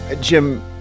Jim